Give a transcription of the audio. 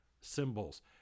symbols